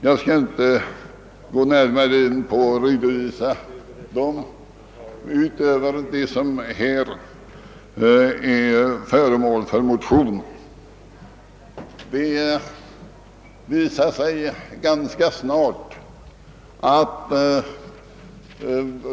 Jag skall emellertid bara ta upp den som berörs i den motion, som ligger till grund för detta utlåtande.